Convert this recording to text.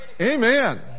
Amen